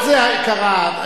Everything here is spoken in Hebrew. חברת הכנסת אבסדזה היקרה.